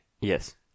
Yes